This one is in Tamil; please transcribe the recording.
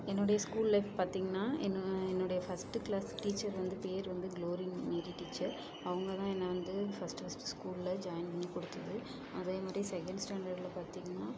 என்னோடய ஸ்கூல் லைஃப் பார்த்திங்கனா என்ன என்னோடய ஃபஸ்ட்டு க்ளாஸ் டீச்சர் வந்து பேர் வந்து க்ளோரின் மேரி டீச்சர் அவங்க தான் என்னை வந்து ஃபஸ்ட்டு ஃபஸ்ட்டு ஸ்கூல்ல ஜாய்ன் பண்ணி கொடுத்துது அதே மாதிரி செகண்ட் ஸ்டாண்டர்ட்ல பார்த்திங்கனா